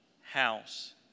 house